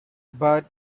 but